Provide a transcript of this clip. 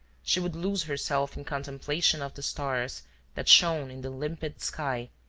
she would lose herself in contemplation of the stars that shone in the limpid sky,